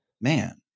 man